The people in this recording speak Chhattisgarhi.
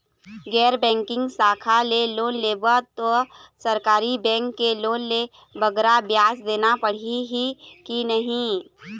गैर बैंकिंग शाखा ले लोन लेबो ता सरकारी बैंक के लोन ले बगरा ब्याज देना पड़ही ही कि नहीं?